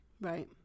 Right